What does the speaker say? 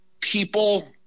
people